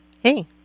Hey